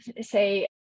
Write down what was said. say